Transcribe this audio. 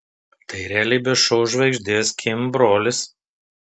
tai realybės šou žvaigždės kim brolis